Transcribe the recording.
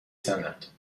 زند